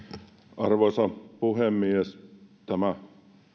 arvoisa puhemies tämä